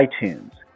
iTunes